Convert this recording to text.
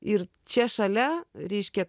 ir čia šalia reiškia